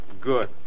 Good